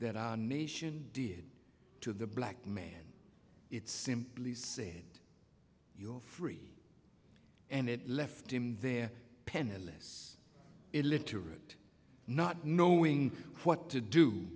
that our nation did to the black man it simply say you're free and it left him there penniless illiterate not knowing what to do